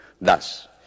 Thus